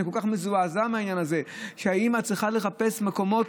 אני כל כך מזועזע מהעניין הזה שהאימא צריכה לחפש מקומות